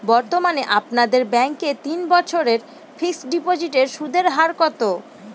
বর্তমানে আপনাদের ব্যাঙ্কে তিন বছরের ফিক্সট ডিপোজিটের সুদের হার কত?